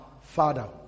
Father